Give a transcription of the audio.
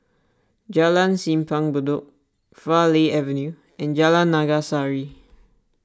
Jalan Simpang Bedok Farleigh Avenue and Jalan Naga Sari